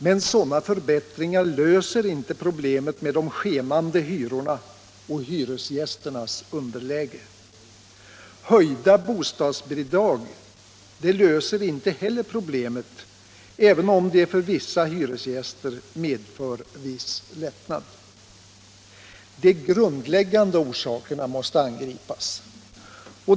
Men sådana förbättringar löser inte problemet med de skenande hyrorna och hyresgästernas underläge. Höjda bostadsbidrag löser inte heller problemet, även om de för vissa hyresgäster medför viss lättnad. De grundläggande orsakerna måste angripas.